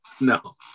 No